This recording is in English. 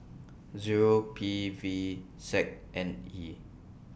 Zero P V Z N E